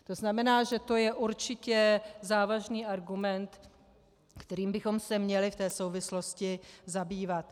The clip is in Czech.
To znamená, že to je určitě závažný argument, kterým bychom se měli v té souvislosti zabývat.